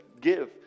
give